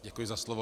Děkuji za slovo.